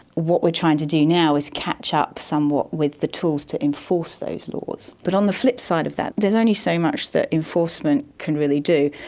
what we are trying to do now is catch up somewhat with the tools to enforce those laws. but on the flipside of that, there's only so much that enforcement can really do.